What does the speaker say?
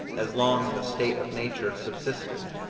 as long as a state of nature subsisted.